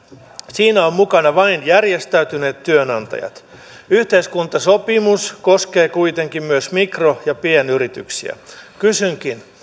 siinä ovat mukana vain järjestäytyneet työnantajat yhteiskuntasopimus koskee kuitenkin myös mikro ja pienyrityksiä kysynkin